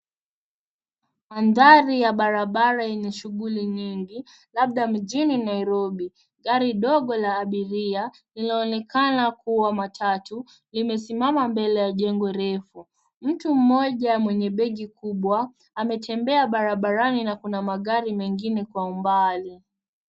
Mandhari ya barabara yenye shughuli nyingi labda mjini Nairobi. Gari dogo la abiria linaonekana kuwa matatu limesimama mbele ya jengo refu. Mtu mmoja mwenye begi kubwa anatembea barabarani na kuna magari mengine kwa umbali.